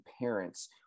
parents